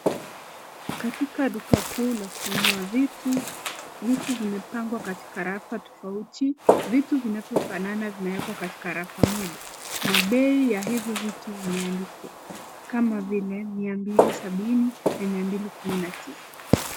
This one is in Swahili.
Katika duka kuu la kununuwa vitu, vitu vimepangwa katika rafaa tofauti, vitu vinavyo fanana vimewekwa katika rafa moja na bei ya hizi vitu zimeandikwa kama vile 270 na 219.